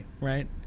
right